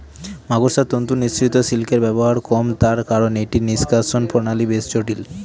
মাকড়সার তন্তু নিঃসৃত সিল্কের ব্যবহার কম তার কারন এটি নিঃষ্কাষণ প্রণালী বেশ জটিল